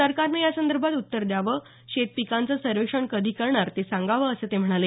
सरकारनं यासंदर्भात उत्तर द्यावं शेतीपिकांचं सर्वेक्षण कधी करणार ते सांगावं असं ते म्हणाले